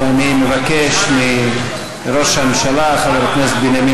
ואני מבקש מראש הממשלה חבר הכנסת בנימין